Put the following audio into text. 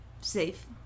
safe